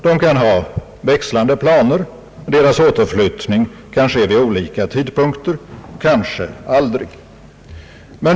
De kan ha växlande planer, deras återflyttning kan ske vid olika tidpunkter, kanske aldrig.